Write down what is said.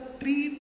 three